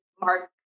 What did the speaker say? Mark